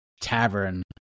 tavern